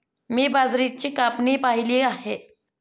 मी बाजरीची कापणी पाहिली आहे